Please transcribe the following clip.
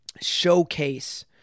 showcase